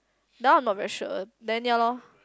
now I'm not very sure then ya lor